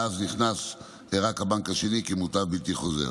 ואז נכנס הבנק השני כמוטב בלתי חוזר.